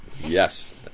Yes